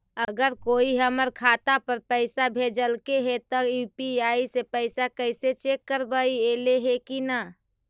अगर कोइ हमर खाता पर पैसा भेजलके हे त यु.पी.आई से पैसबा कैसे चेक करबइ ऐले हे कि न?